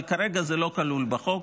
אבל כרגע זה לא כלול בחוק,